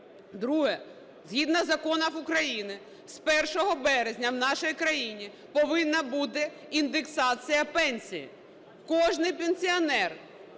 Друге. Згідно законів України з 1 березня в нашій країні повинна бути індексацій пенсій. Кожен пенсіонер